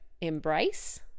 Embrace